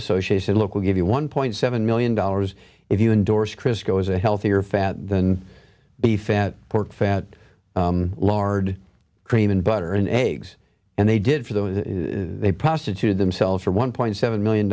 association look we'll give you one point seven million dollars if you endorse christie it was a healthier fat than be fat pork fat lard cream and butter and eggs and they did for those they prostituted themselves for one point seven million